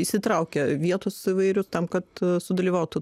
įsitraukia vietos įvairių tam kad sudalyvautų